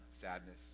sadness